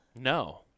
No